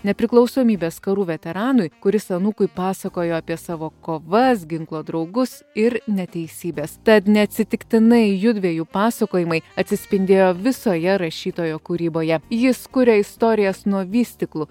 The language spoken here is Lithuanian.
nepriklausomybės karų veteranui kuris anūkui pasakojo apie savo kovas ginklo draugus ir neteisybės tad neatsitiktinai jųdviejų pasakojimai atsispindėjo visoje rašytojo kūryboje jis kuria istorijas nuo vystyklų